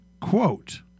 quote